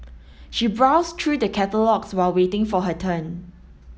she browsed through the catalogues while waiting for her turn